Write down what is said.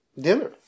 dinner